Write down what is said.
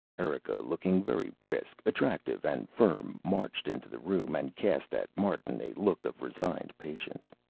erika, looking very brisk, attractive and firm, marched into the room and cast at martin a look of resigned patience.